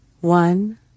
One